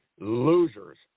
losers